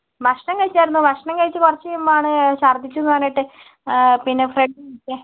ഭക്ഷണം കഴിച്ചിരുന്നു ഭക്ഷണം കഴിച്ച് കുറച്ച് നേരം കഴിയുമ്പോഴാണ് ഛർദ്ദിച്ചു എന്ന് പറഞ്ഞിട്ട് പിന്നെ ഫ്രണ്ട്